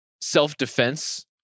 self-defense